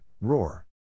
roar